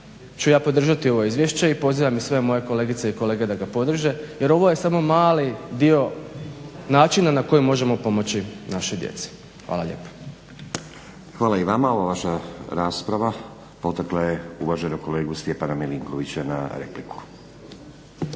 ću ja podržati ovo izvješće i pozivam i sve moje kolegice i kolege da ga podrže, jer ovo je samo mali dio načina na koji možemo pomoći našoj djeci. Hvala lijepo. **Stazić, Nenad (SDP)** Hvala i vama. Ova vaša rasprava potakla je uvaženog kolegu Stjepana Milinikovića na repliku.